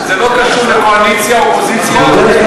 זה לא קשור לקואליציה אופוזיציה, זה,